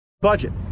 budget